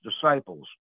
Disciples